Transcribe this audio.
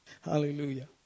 Hallelujah